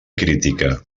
crítica